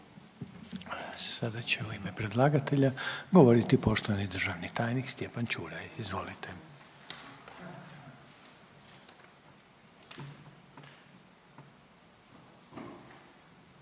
Sada će u ime predlagatelja završno govoriti poštovani državni tajnik Ivan Vidiš, izvolite.